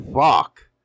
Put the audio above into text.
fuck